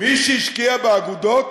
מי שהשקיע באגודות